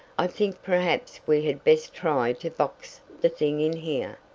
i think perhaps we had best try to box the thing in here.